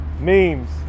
Memes